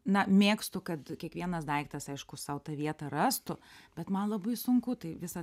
na mėgstu kad kiekvienas daiktas aišku sau tą vietą rastų bet man labai sunku tai visa